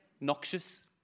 Noxious